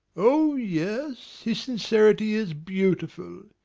oh, yes, his sincerity is beautiful!